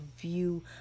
view